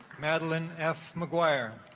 madeline f mcguire